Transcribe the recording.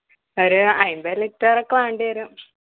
ഒര് അമ്പത് ലിറ്റ്റൊക്കെ വേണ്ടിവരും